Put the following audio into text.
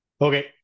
Okay